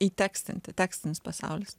įtekstinti tekstinis pasaulis